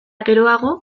geroago